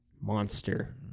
monster